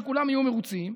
כדי שכולם יהיו מרוצים,